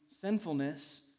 sinfulness